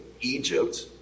Egypt